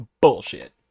bullshit